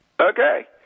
Okay